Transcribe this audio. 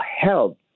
help